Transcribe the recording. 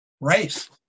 race